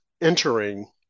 entering